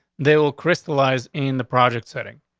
they will crystallize in the project setting.